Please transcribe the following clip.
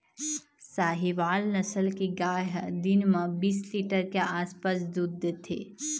साहीवाल नसल के गाय ह दिन म बीस लीटर के आसपास दूद देथे